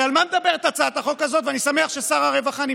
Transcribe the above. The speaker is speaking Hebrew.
תמשיך, תמשיך.